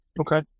okay